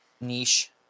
niche